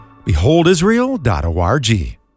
BeholdIsrael.org